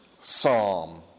psalm